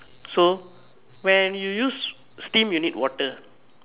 so when you use steam you need water